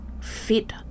fit